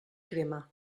crema